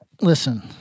Listen